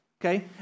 okay